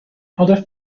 other